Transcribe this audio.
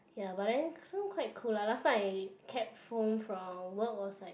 ya but then home quite cool ah last time I cab home from work was like